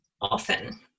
often